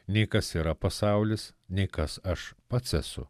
nei kas yra pasaulis nei kas aš pats esu